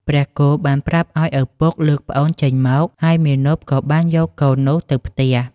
ព្រះគោបានប្រាប់ឲ្យឪពុកលើកប្អូនចេញមក ហើយមាណពក៏បានយកកូននោះទៅផ្ទះ។